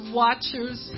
watchers